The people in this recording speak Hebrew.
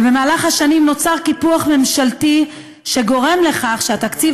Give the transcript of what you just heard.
במהלך השנים נוצר קיפוח ממשלתי שגורם לכך שהתקציב